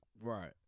Right